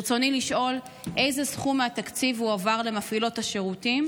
ברצוני לשאול: 1. איזה סכום מהתקציב הועבר למפעילות השירותים,